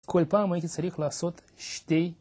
כל פעם הייתי צריך לעשות שתי...